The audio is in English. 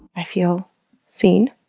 i feel seen,